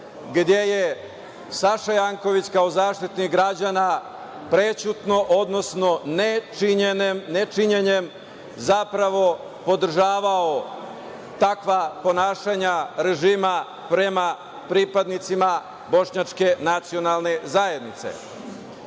gde je Saša Janković kao Zaštitnik građana prećutno, odnosno nečinjenjem zapravo podržavao takva ponašanja režima prema pripadnicima bošnjačke nacionalne zajednice. Tada